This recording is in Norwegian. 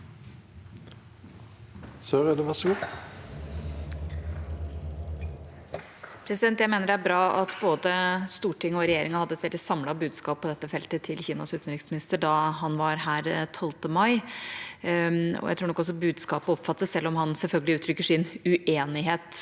Jeg mener det er bra at både Stortinget og regjeringa hadde et samlet budskap på dette feltet til Kinas utenriksminister da han var her 12. mai. Jeg tror nok også budskapet oppfattes, selv om han selvfølgelig uttrykker sin uenighet